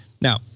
now